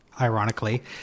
ironically